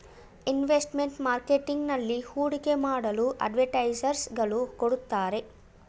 investment marketing ನಲ್ಲಿ ಹೂಡಿಕೆ ಮಾಡಲು ಅಡ್ವೈಸರ್ಸ್ ಗಳು ಕೊಡುತ್ತಾರೆ